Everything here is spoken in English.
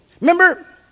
Remember